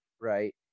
right